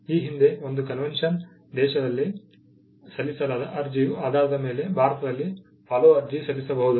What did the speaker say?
ಈ ಹಿಂದೆ ಒಂದು ಕನ್ವೆನ್ಷನ್ ದೇಶದಲ್ಲಿ ಸಲ್ಲಿಸಲಾದ ಅರ್ಜಿಯ ಆಧಾರದ ಮೇಲೆ ಭಾರತದಲ್ಲಿ ಫಾಲೋ ಅರ್ಜಿ ಸಲ್ಲಿಸಬಹುದು